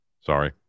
sorry